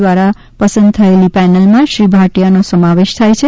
દ્વારા પસંદ થયેલી પેનલ માં શ્રી ભાટિયા નો સમાવેશ થાય છે